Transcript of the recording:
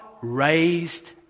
raised